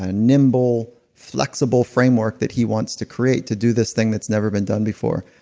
ah nimble, flexible framework that he wants to create to do this thing that's never been done before.